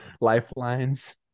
lifelines